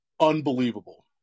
unbelievable